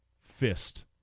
fist